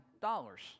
dollars